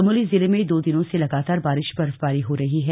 चमोली जिले में दो दिनों से लगातार बारिश बर्फबारी हो रही है